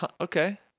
okay